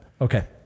Okay